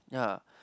ya